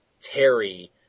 Terry